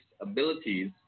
abilities